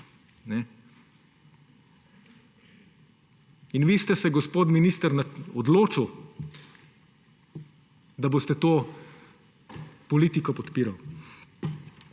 Vi ste se, gospod minister, odločili, da boste to politiko podpirali.